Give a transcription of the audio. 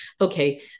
Okay